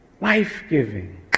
Life-giving